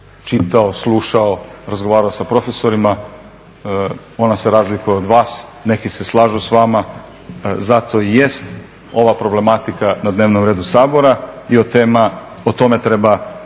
čitao, slušao, razgovarao sa profesorima, ona se razlikuju od vas, neki se slažu s vama. Zato jest ova problematika na dnevnom redu Sabora i tome treba